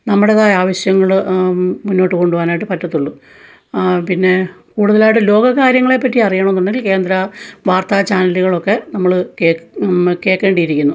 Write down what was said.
നമ്മുടേതായ ആവശ്യങ്ങൾ മുന്നോട്ട് കൊണ്ട് പോകാനായിട്ട് പറ്റത്തൊള്ളു പിന്നെ കൂടുതലായിട്ട് ലോക കാര്യങ്ങളെ പറ്റി അറിയണമെന്നുണ്ടെങ്കിൽ കേന്ദ്ര വാർത്ത ചാനലുകളൊക്കെ നമ്മൾ കേൾക്കേണ്ടിയിരിക്കുന്നു